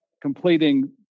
completing